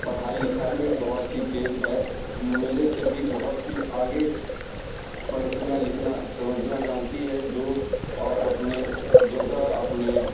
पढ़ाई लिखाई में बहुत ही तेज है मेरे से भी बहुत ही आगे पढ़ना लिखना समझाना जानती है जो और अपने जगह अपने